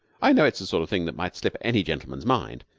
i know it's the sort of thing that might slip any gentleman's mind,